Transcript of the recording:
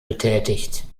betätigt